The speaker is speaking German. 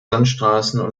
landstraßen